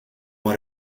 mei